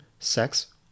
sex